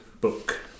book